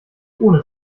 ohne